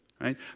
right